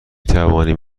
توانیم